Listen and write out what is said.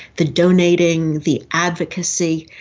the donating, the advocacy,